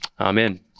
Amen